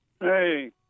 Hey